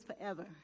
forever